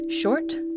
Short